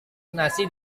nasi